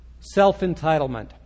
Self-entitlement